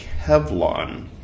Kevlon